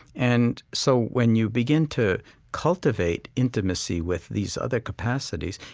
and so when you begin to cultivate intimacy with these other capacities,